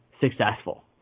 successful